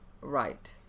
right